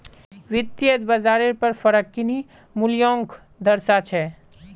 वित्तयेत बाजारेर पर फरक किन्ही मूल्योंक दर्शा छे